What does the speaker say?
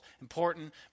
important